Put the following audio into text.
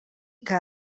que